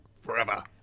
Forever